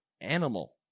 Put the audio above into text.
Animal